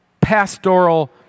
pastoral